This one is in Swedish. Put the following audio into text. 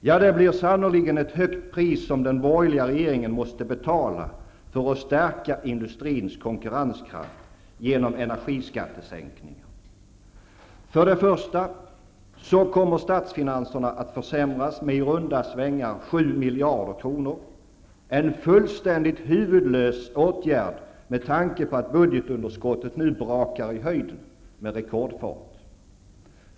Ja, det blir sannerligen ett högt pris som den borgerliga regeringen måste betala för att stärka industrins konkurrenskraft genom energiskattesänkningar. För det första kommer statsfinanserna att försämras med i runda svängar 7 miljarder kronor -- en fullständigt huvudlös åtgärd, med tanke på att budgetunderskottet nu brakar i höjden med rekordfart.